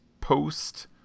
post